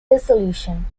resolution